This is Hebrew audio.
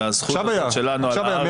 והזכות הזאת שלנו על הארץ --- עכשיו היה.